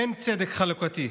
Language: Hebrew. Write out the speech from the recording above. אין צדק חלוקתי.